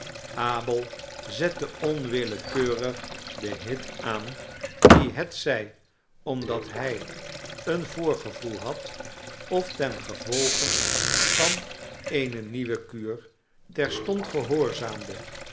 abel zette onwillekeurig den hit aan die hetzij omdat hij een voorgevoel had of ten gevolge van eene nieuwe kuur terstond gehoorzaamde